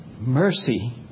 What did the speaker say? mercy